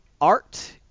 Art